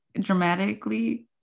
dramatically